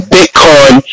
Bitcoin